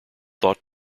thought